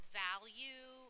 value